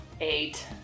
Eight